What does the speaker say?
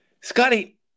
Scotty